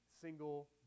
single